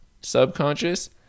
subconscious